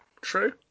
True